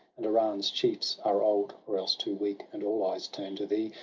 and iran's chiefs are old, or else too weak and all eyes turn to thee.